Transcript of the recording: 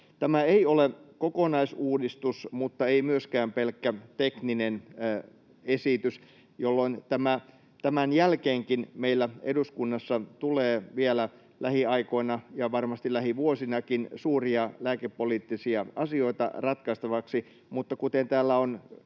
Tämä ei ole kokonaisuudistus mutta ei myöskään pelkkä tekninen esitys, jolloin tämän jälkeenkin meillä eduskunnassa tulee vielä lähiaikoina ja varmasti lähivuosinakin suuria lääkepoliittisia asioita ratkaistavaksi. Mutta kuten täällä on